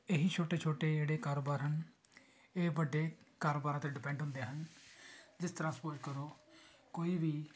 ਇਹ ਹੀ ਛੋਟੇ ਛੋਟੇ ਜਿਹੜੇ ਕਾਰੋਬਾਰ ਹਨ ਇਹ ਵੱਡੇ ਕਾਰੋਬਾਰਾਂ 'ਤੇ ਡਿਪੈਂਡ ਹੁੰਦੇ ਹਨ ਜਿਸ ਤਰ੍ਹਾਂ ਸਪੋਜ ਕਰੋ ਕੋਈ ਵੀ